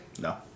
No